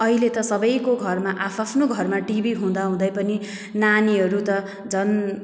अहिले सबैको घरमा आ आफ्नै घरमा टिभी हुँदाहुँदै पनि नानीहरू त झन्